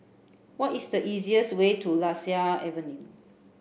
what is the easiest way to Lasia Avenue